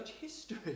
history